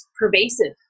pervasive